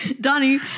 Donnie